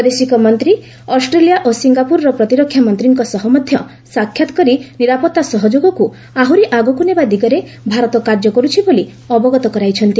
ବୈଦେଶିକମନ୍ତ୍ରୀ ଅଷ୍ଟ୍ରେଲିଆ ଓ ସିଙ୍ଗାପ୍ରରର ପ୍ରତିରକ୍ଷା ମନ୍ତ୍ରୀଙ୍କ ସହ ମଧ୍ୟ ସାକ୍ଷାତ କରି ନିରାପତ୍ତା ସହଯୋଗକୁ ଆହୁରି ଆଗକୁ ନେବା ଦିଗରେ ଭାରତ କାର୍ଯ୍ୟ କରୁଛି ବୋଲି ଅବଗତ କରାଇଛନ୍ତି